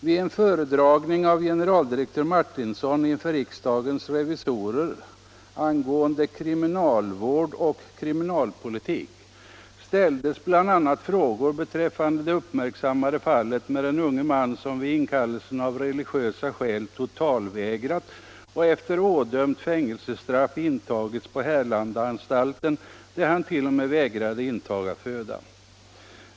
Vid en föredragning inför riksdagens revisorer av generaldirektör Martinsson angående kriminalvård och kriminalpolitik ställdes bl.a. frågor beträffande det uppmärksammade fallet med den unge man som vid inkallelse totalvägrat av religiösa skäl och efter ådömt fängelsestraff intagits på Härlanda-anstalten, där han t.o.m. vägrade intaga föda.